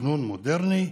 תכנון מודרני,